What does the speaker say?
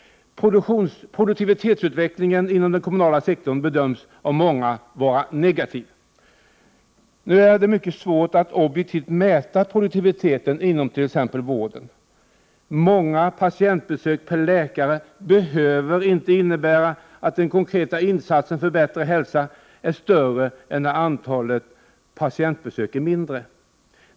6 juni 1989 Produktivitetsutvecklingen inom den kommunala sektorn bedöms av många vara negativ. Nu är det mycket svårt att objektivt mäta produktiviteten inom t.ex. vården. Många patientbesök per läkare behöver inte innebära att den konkreta insatsen för bättre hälsa är större än när antalet patientbesök är mindre.